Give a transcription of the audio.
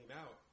out